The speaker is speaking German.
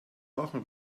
machen